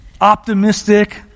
optimistic